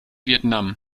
vietnam